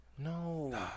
No